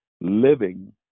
living